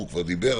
הוא כבר דיבר,